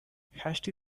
hasty